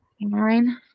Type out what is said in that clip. nine